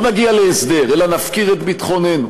לא נגיע להסדר אלא נפקיר את ביטחוננו.